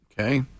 Okay